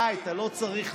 די, אתה לא צריך,